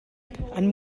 and